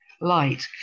light